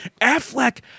Affleck